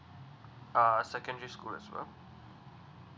uh secondary school as well